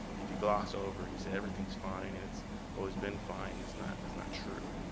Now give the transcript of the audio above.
if you gloss over, you say everything's fine, and it's always been fine, that's not that's not true.